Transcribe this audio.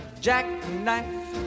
jackknife